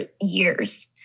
years